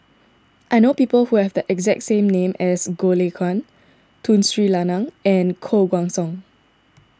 I know people who have the exact name as Goh Lay Kuan Tun Sri Lanang and Koh Guan Song